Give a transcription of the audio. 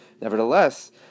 Nevertheless